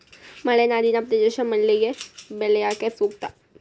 ಮಲೆನಾಡಿನ ಪ್ರದೇಶ ಮಲ್ಲಿಗೆ ಬೆಳ್ಯಾಕ ಸೂಕ್ತ